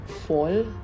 fall